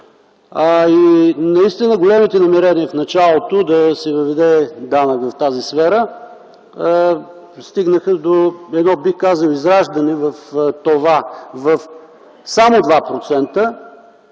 Наистина големите намерения от началото да се въведе данък в тази сфера стигнаха до едно бих казал израждане – само до